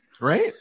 Right